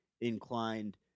inclined